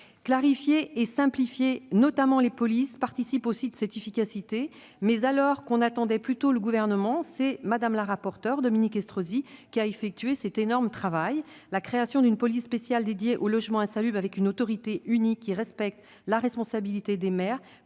Clarification et simplification, notamment des polices, participent aussi de cette efficacité. Mais, alors que l'on attendait plutôt le Gouvernement sur le sujet, c'est Mme le rapporteur Dominique Estrosi Sassone qui a réalisé cet énorme travail ! La création d'une police spéciale consacrée au logement insalubre avec une autorité unique qui respecte la responsabilité des maires,